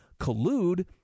collude